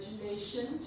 imagination